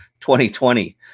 2020